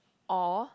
or